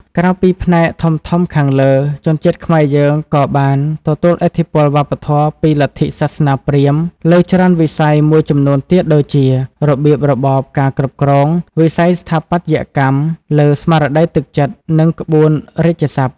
ក្រៅពីផ្នែកធំៗខាងលើ ជនជាតិខ្មែរយើងក៏បានទទួលឥទ្ធិពលវប្បធម៌ពីលទ្ធិសាសនាព្រាហ្មណ៍លើច្រើនវិស័យមួយចំនួនទៀតដូចជា របៀបរបបការគ្រប់គ្រង វិស័យស្ថាបត្យកម្ម លើស្មារតីទឹកចិត្ត និងក្បួនរាជសព្ទ។